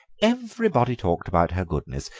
everybody talked about her goodness,